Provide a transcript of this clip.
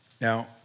Now